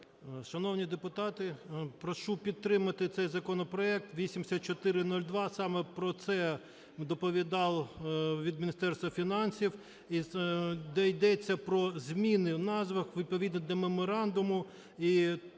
Шановні депутати. прошу підтримати цей законопроект 8402. Саме про це доповідав від Міністерства фінансів, де йдеться про зміни в назвах відповідно до меморандуму.